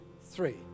three